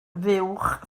fuwch